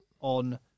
on